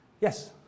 Yes